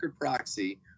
Proxy